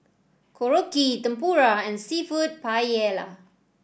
Korokke Tempura and seafood Paella